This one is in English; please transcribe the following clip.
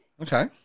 Okay